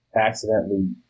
accidentally